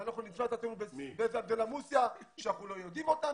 ואנחנו נמצא את עצמנו באיזה אנדרלמוסיה שאנחנו לא יודעים אותם,